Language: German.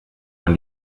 man